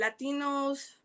latinos